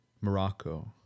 Morocco